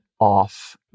off